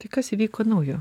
tai kas įvyko naujo